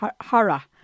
hara